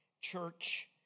church